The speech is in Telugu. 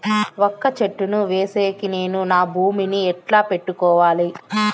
వక్క చెట్టును వేసేకి నేను నా భూమి ని ఎట్లా పెట్టుకోవాలి?